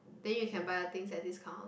then you can buy a things at discount